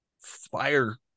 fire